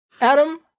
adam